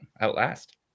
Outlast